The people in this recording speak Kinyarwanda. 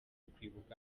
kwibuka